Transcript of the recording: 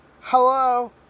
Hello